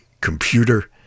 Computer